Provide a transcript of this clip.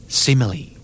simile